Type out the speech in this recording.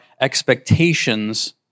expectations